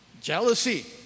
Jealousy